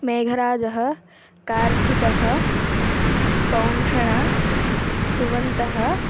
मेघराजः कार्तिकः पौङ्क्षणा सुमन्तः